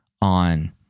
on